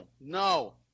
no